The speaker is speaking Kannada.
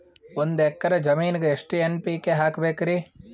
ಒಂದ್ ಎಕ್ಕರ ಜಮೀನಗ ಎಷ್ಟು ಎನ್.ಪಿ.ಕೆ ಹಾಕಬೇಕರಿ?